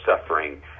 suffering